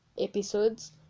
episodes